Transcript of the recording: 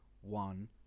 one